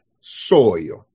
soil